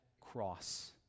cross